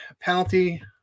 penalty